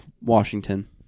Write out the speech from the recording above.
Washington